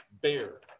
bear